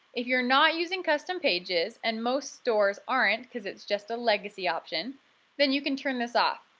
if you're not using custom pages and most stores aren't because it's just a legacy option then you can turn this off.